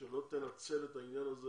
שלא תנצל את העניין הזה